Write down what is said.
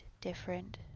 different